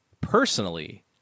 personally